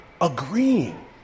agreeing